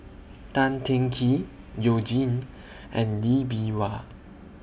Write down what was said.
Tan Teng Kee YOU Jin and Lee Bee Wah